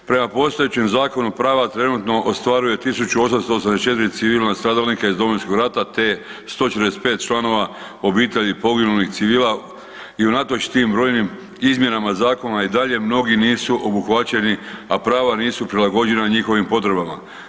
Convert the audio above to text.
Prema postojećem zakonu prava trenutno ostvaruje tisuću 884 civilna stradalnika iz Domovinskog rata te 145 članova obitelji poginulih civila i unatoč tim brojnim izmjenama zakona i dalje mnogi nisu obuhvaćeni, a prava nisu prilagođena njihovim potrebama.